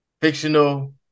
fictional